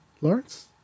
Lawrence